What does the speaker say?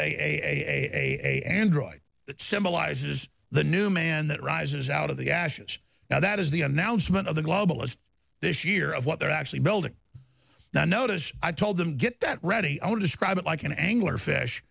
a android that symbolizes the new man that rises out of the ashes now that is the announcement of the globalist this year of what they're actually building now notice i told them get that ready only describe it like an angler fish